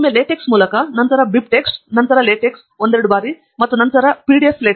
ಒಮ್ಮೆ ಲಾಟೆಕ್ಸ್ ಮೂಲಕ ನಂತರ ಬಿಬ್ಟೆಕ್ಸ್ ಮತ್ತು ನಂತರ ಲಾಟೆಕ್ಸ್ ಒಂದೆರಡು ಬಾರಿ ಮತ್ತು ನಂತರ ಪಿಡಿಎಫ್ ಲಾಟೆಕ್ಸ್